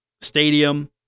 stadium